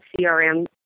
CRM